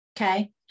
okay